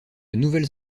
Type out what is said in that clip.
nouvelles